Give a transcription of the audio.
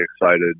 excited